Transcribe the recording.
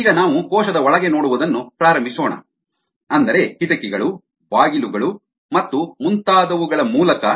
ಈಗ ನಾವು ಕೋಶದ ಒಳಗೆ ನೋಡುವುದನ್ನು ಪ್ರಾರಂಭಿಸೋಣ ಅಂದರೆ ಕಿಟಕಿಗಳು ಬಾಗಿಲುಗಳು ಮತ್ತು ಮುಂತಾದವುಗಳ ಮೂಲಕ